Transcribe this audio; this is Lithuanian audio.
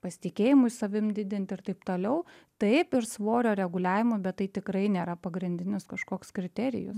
pasitikėjimui savim didint ir taip toliau taip ir svorio reguliavimui bet tai tikrai nėra pagrindinis kažkoks kriterijus